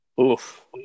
Oof